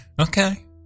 Okay